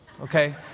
Okay